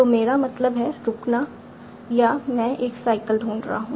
तो मेरा मतलब है रुकना या मैं एक साइकल ढूंढ रहा हूं